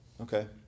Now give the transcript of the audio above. Okay